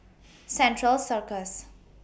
Central Circus